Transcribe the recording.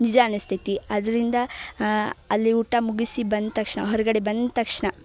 ನಿಜ ಅನಿಸ್ತೈತಿ ಅದರಿಂದ ಅಲ್ಲಿ ಊಟ ಮುಗಿಸಿ ಬಂದ ತಕ್ಷಣ ಹೊರಗಡೆ ಬಂದ ತಕ್ಷಣ